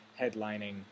headlining –